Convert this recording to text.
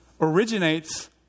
originates